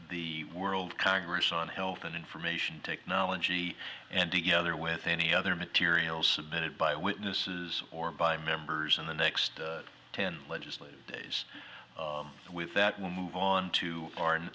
the world congress on health information technology and together with any other materials submitted by witnesses or by members in the next ten legislative days with that we'll move on to our